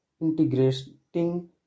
integrating